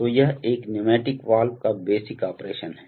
तो यह एक न्यूमैटिक वाल्व का बेसिक ऑपरेशन है